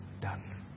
done